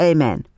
Amen